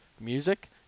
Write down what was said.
music